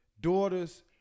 daughters